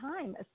time